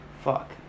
fuck